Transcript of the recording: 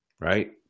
Right